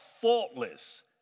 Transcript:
faultless